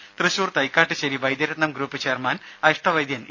ദരദ Thrissur Thaikkattussery Vaidyaratnam group chairman അഷ്ടവൈദ്യൻ E